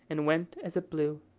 and went as it blew.